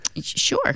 Sure